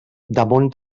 damunt